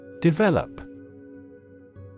Develop